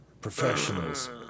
professionals